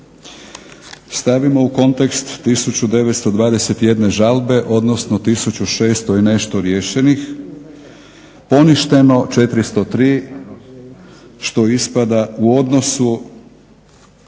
stavimo u kontekst 1921 žalbe, odnosno 1600 i nešto riješenih, poništeno 403 što ispada u odnosu